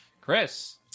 Chris